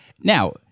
Now